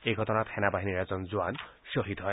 এই ঘটনাত সেনাবাহিনীৰ এজন জোৱান শ্বহীদ হয়